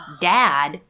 Dad